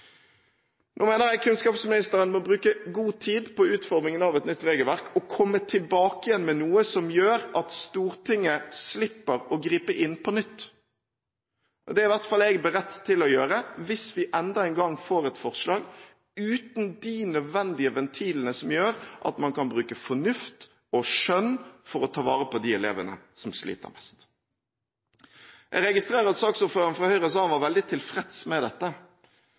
Nå mener jeg at kunnskapsministeren må bruke god tid på utformingen av et nytt regelverk og komme tilbake med noe som gjør at Stortinget slipper å gripe inn på nytt. Det er i hvert fall jeg beredt til å gjøre hvis vi enda en gang får et forslag uten de nødvendige ventilene som gjør at man kan bruke fornuft og skjønn for å kunne ta vare på de elevene som sliter mest. Jeg registrerte at saksordføreren fra Høyre sa han var veldig tilfreds med dette